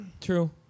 True